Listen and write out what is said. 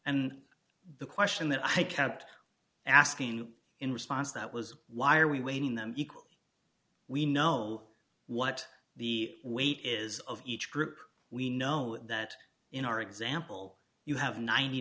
and the question that i kept asking in response that was why are we waiting them equally we know what the weight is of each group we know that in our example you have ninety